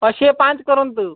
ହଁ ସିଏ ପାଞ୍ଚ କରନ୍ତୁ